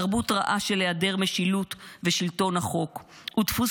תרבות רעה של היעדר משילות ושלטון החוק ודפוס